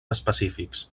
específics